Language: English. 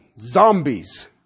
Zombies